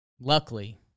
Luckily